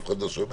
אף אחד לא שומע,